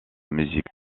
musique